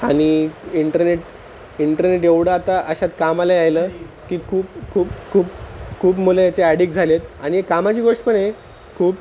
आणि internet internet एवढं आता अशात कामाला यायलं की खूप खूप खूप खूप मुलं याचे ॲडिक्ट् झाले आहेत आणि ये कामाची गोष्ट पण आहे खूप